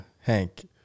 hank